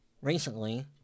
recently